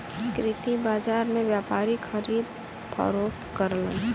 कृषि बाजार में व्यापारी खरीद फरोख्त करलन